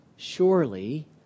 Surely